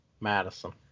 Madison